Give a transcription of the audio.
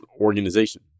organization